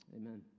amen